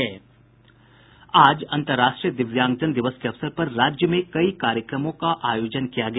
आज अंतर्राष्ट्रीय दिव्यांगजन दिवस के अवसर पर राज्य में कई कार्यक्रमों का आयोजन किया गया